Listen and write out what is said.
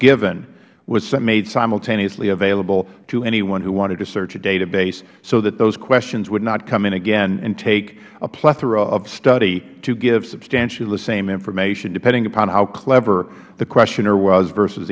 was made simultaneously available to anyone who wanted to search a database so that those questions would not come in again and take a plethora of study to give substantially the same information depending upon how clever the questioner was versus